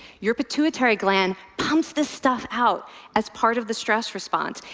your pituitary gland pumps this stuff out as part of the stress response.